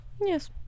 yes